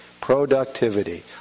productivity